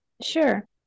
Sure